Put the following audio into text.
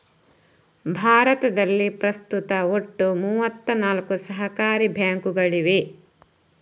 ಭಾರತದಲ್ಲಿ ಪ್ರಸ್ತುತ ಒಟ್ಟು ಮೂವತ್ತ ನಾಲ್ಕು ಸಹಕಾರಿ ಬ್ಯಾಂಕುಗಳಿವೆ